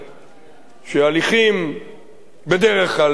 שהליכים בדרך כלל במדינתנו,